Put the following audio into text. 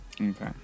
Okay